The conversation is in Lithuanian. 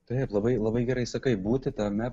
taip labai labai gerai sakai būti tame